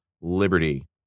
liberty